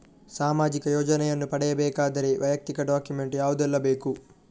ಸಾಮಾಜಿಕ ಯೋಜನೆಯನ್ನು ಪಡೆಯಬೇಕಾದರೆ ವೈಯಕ್ತಿಕ ಡಾಕ್ಯುಮೆಂಟ್ ಯಾವುದೆಲ್ಲ ಬೇಕು?